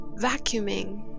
vacuuming